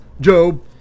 Job